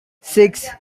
six